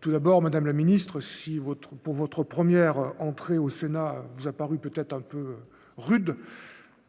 tout d'abord, Madame la ministre, si votre pour votre 1ère entrée au Sénat nous a paru peut-être un peu rude,